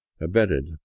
abetted